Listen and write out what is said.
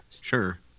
Sure